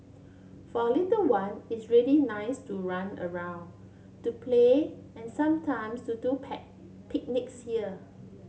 for a little one it's really nice to run around to play and sometimes to do picnics here